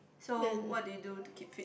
so what do you do to keep fit